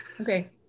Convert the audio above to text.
Okay